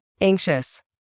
Anxious